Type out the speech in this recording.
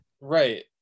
right